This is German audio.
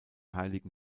heiligen